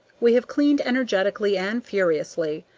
we have cleaned energetically and furiously.